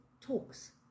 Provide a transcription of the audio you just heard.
talks